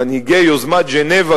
מנהיגי יוזמת ז'נבה,